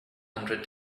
hundred